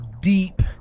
deep